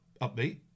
upbeat